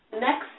Next